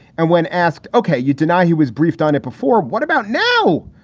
and when asked, ok, you deny he was briefed on it before? what about now?